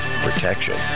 protection